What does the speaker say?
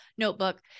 notebook